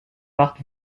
bart